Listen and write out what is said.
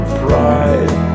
pride